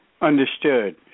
Understood